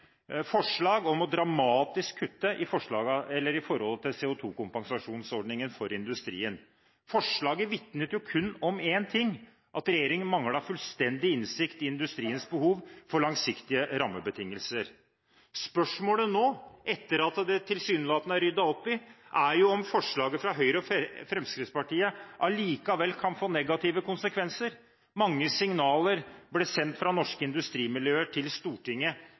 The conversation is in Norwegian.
forslag om dramatisk å kutte når det gjelder CO2-kompensasjonsordningen for industrien. Forslaget vitnet kun om én ting: at regjeringen fullstendig manglet innsikt i industriens behov for langsiktige rammebetingelser. Spørsmålet nå, etter at det tilsynelatende er ryddet opp i, er om forslaget fra Høyre og Fremskrittspartiet likevel kan få negative konsekvenser. Mange signaler ble sendt fra norske industrimiljøer til Stortinget,